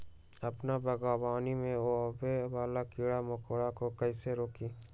अपना बागवानी में आबे वाला किरा मकोरा के कईसे रोकी?